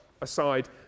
aside